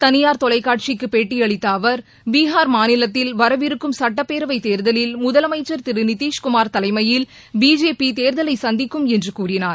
தளியார் தொலைக்காட்சிக்கு பேட்டியளித்த அவர் பீகார் மாநிலத்தில் வரவிருக்கும் சுட்டப்பேரவைத் தேர்தலில் முதலமைச்சர் திரு நிதிஷ்குமார் தலைமையில் பிஜேபி தேர்தலை சந்திக்கும் என்று கூறினார்